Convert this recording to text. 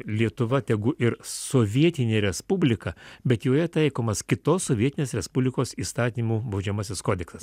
lietuva tegu ir sovietinė respublika bet joje taikomas kitos sovietinės respublikos įstatymų baudžiamasis kodeksas